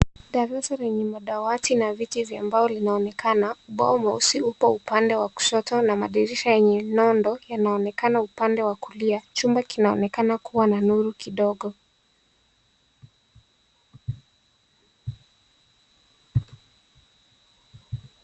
Darasa lenye madawati na viti vya umbao linaonekana. Ubao mweusi upo upande wa kushoto na madirisha yenye nondo yanaonekana upande wa kulia. Chumba kinaonekana kuwa na nuru kidogo.